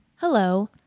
Hello